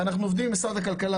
אנחנו הרי עובדים עם משרד הכלכלה,